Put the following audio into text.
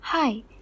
hi